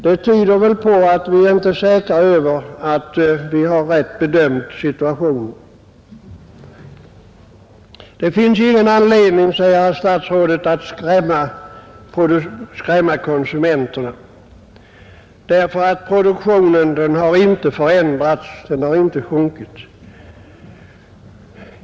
Det antyder väl att vi inte är säkra på att vi har rätt bedömt situationen. Det finns ingen anledning, säger herr statsrådet, att skrämma konsumenterna, därför att produktionen har inte förändrats — den har inte sjunkit.